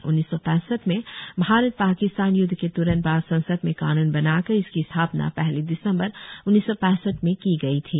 उन्नीस सौ पैसठ में भारत पाकिस्तान युद्ध के त्रंत बाद संसद में कानून बनाकर इसकी स्थापना पहली दिसंबर उन्नीस सौ पैसठ में की गई थी